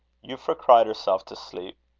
euphra cried herself to sleep.